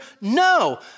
no